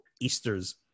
Easter's